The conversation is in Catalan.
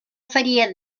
faria